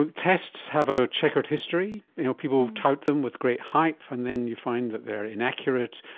um tests have a chequered history you know people tout them with great hype and then you find that they're inaccurate.